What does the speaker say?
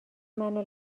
منو